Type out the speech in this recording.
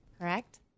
correct